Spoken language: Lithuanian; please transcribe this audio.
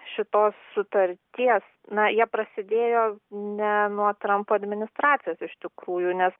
šitos sutarties na jie prasidėjo ne nuo trampo administracijos iš tikrųjų nes